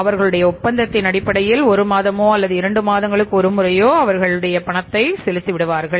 அவர்களுடைய ஒப்பந்தத்தின் அடிப்படையில் ஒரு மாதமோ அல்லது இரண்டு மாதங்களுக்கு ஒரு முறையோ அவர்களுடைய பணத்தை செலுத்தி விடுவார்கள்